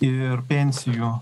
ir pensijų